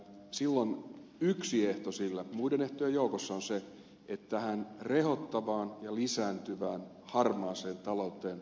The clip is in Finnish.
silloin yksi ehto siellä muiden ehtojen joukossa on se että tähän rehottavaan ja lisääntyvään harmaaseen talouteen puututaan kunnolla